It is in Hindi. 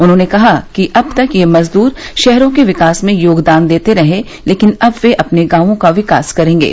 उन्होंने कहा कि अब तक ये मजद्र शहरों के विकास में योगदान देते रहे लेकिन अब वे अपने गांवों का विकास करेंगे